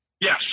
Yes